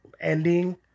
ending